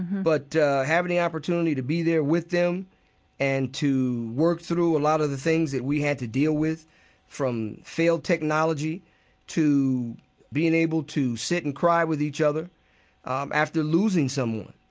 but having the opportunity to be there with them and to work through a lot of the things that we had to deal with from failed technology to being able to sit and cry with each other um after losing someone,